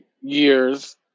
years